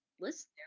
list